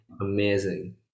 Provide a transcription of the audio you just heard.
amazing